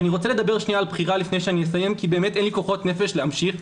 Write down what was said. לפני שאסיים אני רוצה לדבר על בחירה כי באמת אין לי כוחות נפש להמשיך,